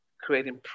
creating